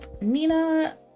Nina